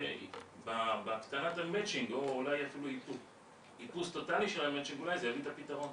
אולי הקטנת המצ'ינג או איפוס טוטלי של המצ'ינג תביא לפתרון.